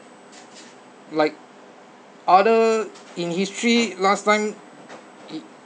like other in history last time I